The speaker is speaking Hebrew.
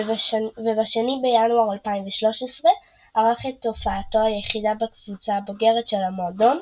וב-2 בינואר 2013 ערך את הופעתו היחידה בקבוצה הבוגרת של המועדון,